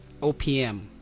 OPM